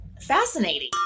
fascinating